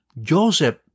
Joseph